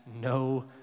no